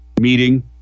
meeting